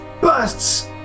bursts